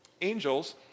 Angels